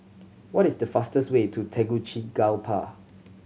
what is the fastest way to Tegucigalpa